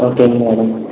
ஓகேங்க மேடம்